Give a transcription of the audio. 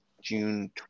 June